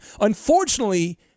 Unfortunately